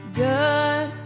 good